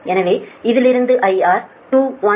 எனவே இதிலிருந்து IR 2 18